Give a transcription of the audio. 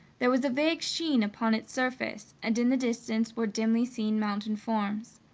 there was a vague sheen upon its surface, and in the distance were dimly seen mountain forms.